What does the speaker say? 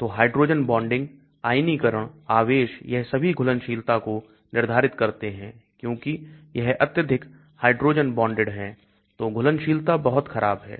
तो hydrogen bonding आयनीकरण आवेश यह सभी घुलनशीलता को निर्धारित करते हैं क्योंकि यह अत्यधिक hydrogen bonded है तो घुलनशीलता बहुत खराब है